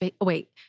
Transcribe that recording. Wait